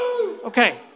Okay